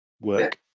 work